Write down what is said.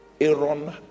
aaron